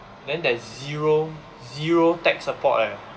then there is zero zero tech support leh